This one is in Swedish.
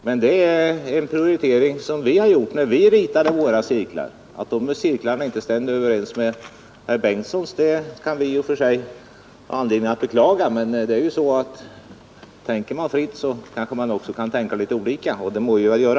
Men det är en prioritering som vi gjorde när vi ritade våra cirklar. Att de cirklarna inte stämmer överens med herr Bengtssons kan vi i och för sig ha anledning att beklaga, men tänker man fritt kanske man också kan tänka litet olika, och det må vi väl göra.